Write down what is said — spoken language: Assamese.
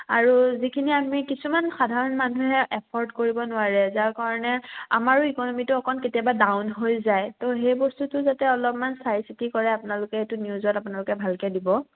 আৰু যিখিনি আমি কিছুমান সাধাৰণ মানুহে এফৰ্ড কৰিব নোৱাৰে যাৰ কাৰণে আমাৰো ইকনমিটো অকণ কেতিয়াবা ডাউন হৈ যায় তো সেই বস্তুটো যাতে অলপমান চাইচিতি কৰে আপোনালোকে এইটো নিউজত আপোনালোকে ভালকৈ দিব